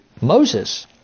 Moses